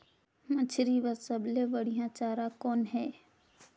मछरी बर सबले बढ़िया चारा कौन हे?